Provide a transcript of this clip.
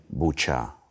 Bucha